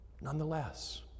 nonetheless